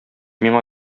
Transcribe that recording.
миңа